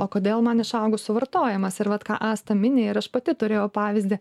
o kodėl man išaugo suvartojimas ir vat ką asta mini ir aš pati turėjau pavyzdį